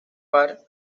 park